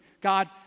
God